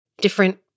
different